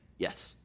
Yes